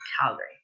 Calgary